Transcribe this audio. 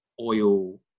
oil